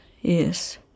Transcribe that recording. yes